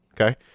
Okay